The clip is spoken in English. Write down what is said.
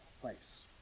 place